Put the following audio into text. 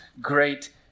great